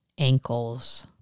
Ankles